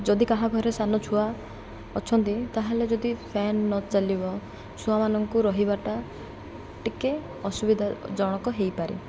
ଯଦି କାହା ଘରେ ସାନ ଛୁଆ ଅଛନ୍ତି ତା'ହେଲେ ଯଦି ଫ୍ୟାନ୍ ନ ଚାଲିବ ଛୁଆମାନଙ୍କୁ ରହିବାଟା ଟିକେ ଅସୁବିଧା ଜନକ ହେଇପାରେ